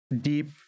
deep